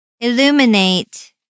illuminate